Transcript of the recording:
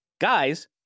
guys